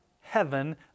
heaven